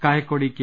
Kayakkodi K